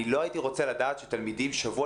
אני לא הייתי רוצה לדעת שתלמידים שבוע